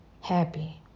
happy